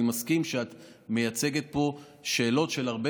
אני מסכים שאת מייצגת פה שאלות של הרבה